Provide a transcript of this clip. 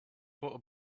thought